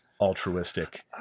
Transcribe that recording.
altruistic